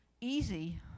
easy